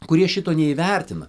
kurie šito neįvertina